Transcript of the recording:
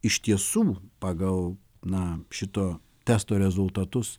iš tiesų pagal na šito testo rezultatus